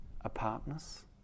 apartness